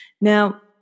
Now